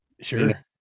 sure